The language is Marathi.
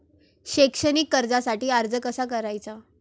शैक्षणिक कर्जासाठी अर्ज कसा करायचा?